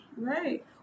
Right